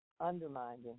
undermining